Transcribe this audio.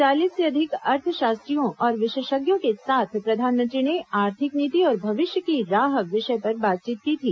चालीस से अधिक अर्थशास्त्रियों और विशेषज्ञों के साथ प्रधानमंत्री ने आर्थिक नीति और भविष्य की राह विषय पर बातचीत की थी